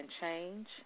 change